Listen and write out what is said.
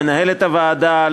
למנהלת הוועדה,